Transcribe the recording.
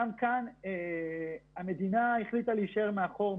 גם כאן המדינה החליטה להישאר מאחור,